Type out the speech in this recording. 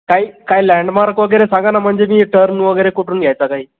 काही काही लँडमार्क वगैरे सांगा ना म्हणजे मी टर्न वगैरे कुठून घ्यायचा काही